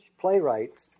playwrights